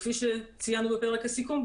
כפי שציינו בפרק הסיכום,